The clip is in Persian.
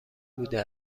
بوده